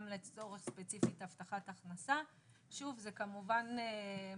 גם לצורך הבטחת הכנסה וזה מאוד